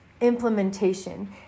implementation